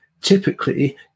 typically